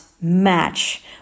match